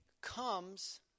comes